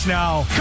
now